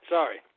Sorry